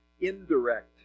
indirect